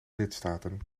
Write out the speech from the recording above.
lidstaten